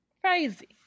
crazy